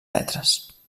metres